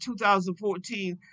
2014